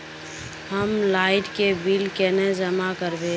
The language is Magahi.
हम लाइट के बिल केना जमा करबे?